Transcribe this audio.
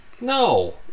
No